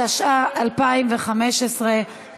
התשע"ה 2015,